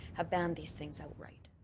have banned these things outright.